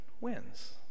wins